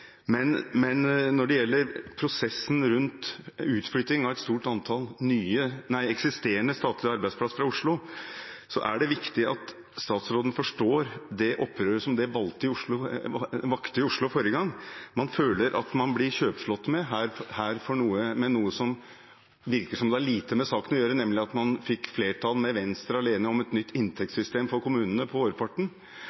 Når det gjelder prosessen rundt utflytting av et stort antall eksisterende statlige arbeidsplasser fra Oslo, er det viktig at statsråden forstår det opprøret som det skapte i Oslo forrige gang. Man føler at man blir kjøpslått med her, om noe som virker som det har lite med saken å gjøre, nemlig at man fikk flertall med Venstre alene om et nytt